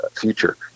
future